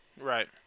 Right